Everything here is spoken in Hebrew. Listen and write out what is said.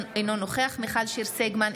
אינו נוכח מיכל שיר סגמן,